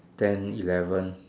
ten eleven